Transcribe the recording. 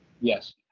Yes